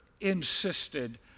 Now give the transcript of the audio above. insisted